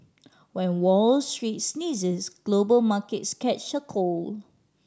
when Wall Street sneezes global markets catch a cold